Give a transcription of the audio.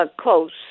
Close